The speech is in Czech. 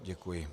Děkuji.